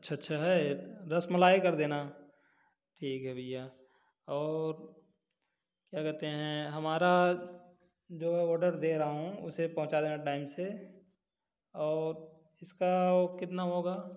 अच्छा अच्छा है रसमलाई कर देना ठीक है भइया और क्या कहते हैं हमारा जो है ऑडर दे रहा हूँ उसे पहुँचा देना टाइम से और इसका वो कितना होगा